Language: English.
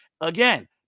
Again